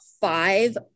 five